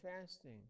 fasting